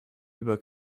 über